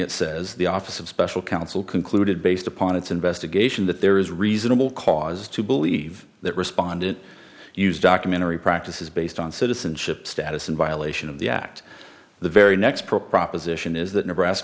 it says the office of special counsel concluded based upon its investigation that there is reasonable cause to believe that respondent used documentary practices based on citizenship status in violation of the act the very next pro proposition is that nebraska